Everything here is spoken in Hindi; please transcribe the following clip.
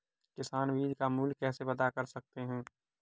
किसान बीज का मूल्य कैसे पता कर सकते हैं?